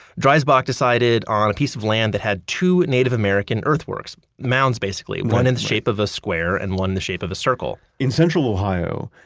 dreisbach decided on a piece of land that had two native american earthworks, mounds basically, one in the shape of a square, and one the shape of a circle in central ohio,